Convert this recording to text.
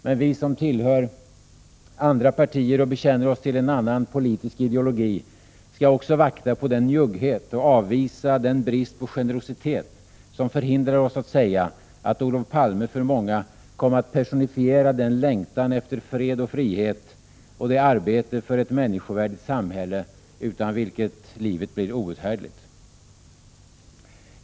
Men vi som tillhör andra partier och bekänner oss till annan politisk idelogi skall vakta på den njugghet och avvisa den brist på generositet som förhindrar oss att säga att Olof Palme för många kom att personifiera den längtan efter fred och frihet och det arbete för ett människovärdigt samhälle utan vilka livet blir outhärdligt.